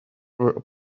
whatever